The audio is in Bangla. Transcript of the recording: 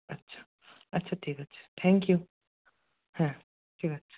আচ্ছা আচ্ছা ঠিক আছে থ্যাংক ইউ হ্যাঁ ঠিক আছে